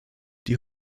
die